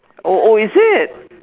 oh oh is it